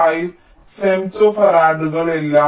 5 ഫെംറ്റോഫറാഡുകൾ എല്ലാം 1